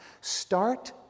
start